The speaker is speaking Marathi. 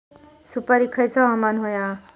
सुपरिक खयचा हवामान होया?